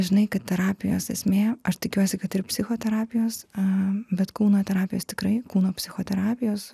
žinai kaip terapijos esmė aš tikiuosi kad ir psichoterapijos a bet kūno terapijos tikrai kūno psichoterapijos